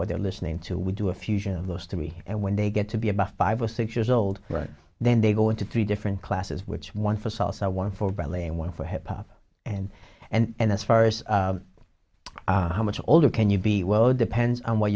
what they're listening to we do a fusion of those three and when they get to be about five or six years old then they go into three different classes which one for salsa one for ballet and one for hip hop and and as far as how much older can you be well it depends on what